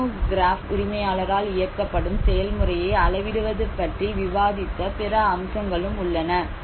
monograph உரிமையாளரால் இயக்கப்படும் செயல்முறையை அளவிடுவது பற்றி விவாதித்த பிற அம்சங்களும் உள்ளன